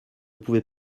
pouvait